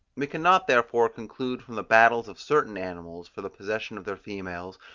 we can not therefore conclude from the battles of certain animals for the possession of their females,